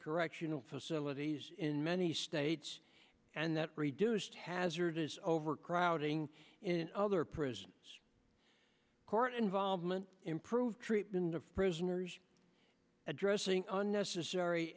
correctional facilities in many states and that reduced hazardous overcrowding in other prisons court involvement improved treatment of prisoners addressing unnecessary